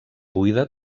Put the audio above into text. buida